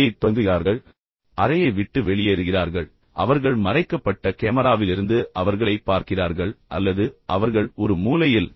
யைத் தொடங்குகிறார்கள் பின்னர் அறையை விட்டு வெளியேறுகிறார்கள் அவர்கள் மறைக்கப்பட்ட கேமராவிலிருந்து அவர்களைப் பார்க்கிறார்கள் அல்லது அவர்கள் ஒரு மூலையில்